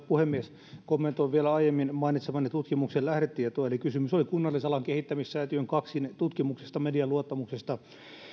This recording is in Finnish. puhemies kommentoin vielä aiemmin mainitsemani tutkimuksen lähdetietoa eli kysymys oli kunnallisalan kehittämissäätiön kaksin tutkimuksesta median luottamuksesta